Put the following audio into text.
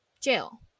Jail